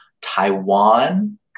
Taiwan